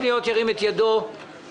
את עיקר הלחץ שאני מפעיל על משרד האוצר